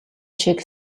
шиг